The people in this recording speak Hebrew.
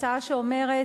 הצעה שאומרת